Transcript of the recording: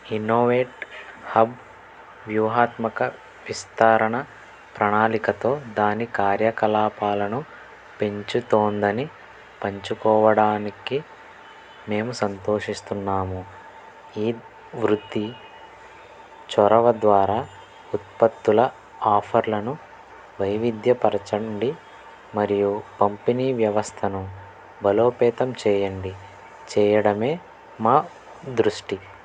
innovate hub వ్యూహాత్మక విస్తారణ ప్రణాళికతో దాని కార్యకలాపాలను పెంచుతోందని పంచుకోవడానికి మేము సంతోషిస్తున్నాము ఈ వృద్ధి చొరవ ద్వారా ఉత్పత్తుల ఆఫర్లను వైవిధ్యపరచండి మరియు పంపిణీ వ్యవస్థను బలోపేతం చేయండి చెయ్యడమే మా దృష్టి